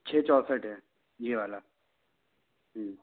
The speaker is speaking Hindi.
छ चौसठ है ये वाला